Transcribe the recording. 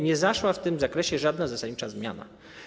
Nie zaszła w tym zakresie żadna zasadnicza zmiana.